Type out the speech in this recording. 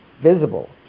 Visible